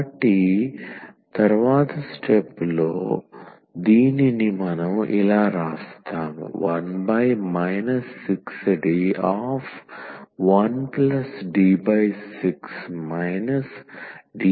కాబట్టి 1 6D1D6 D26x21